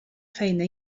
feina